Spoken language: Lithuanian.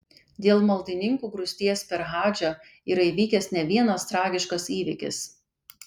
dėl maldininkų grūsties per hadžą yra įvykęs ne vienas tragiškas įvykis